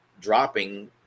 dropping